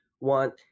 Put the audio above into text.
want